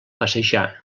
passejar